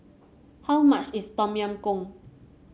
how much is Tom Yam Goong